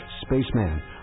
Spaceman